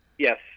Yes